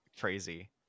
crazy